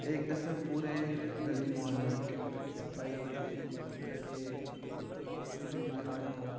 ایک دفعہ پورے گلی محلہ کی صفائی ہوتی ہے تاکہ کوئی بیماری نہ ہو